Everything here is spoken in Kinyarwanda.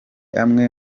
amwe